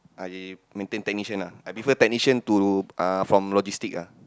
I maintain technician lah I prefer technician to uh from logistic lah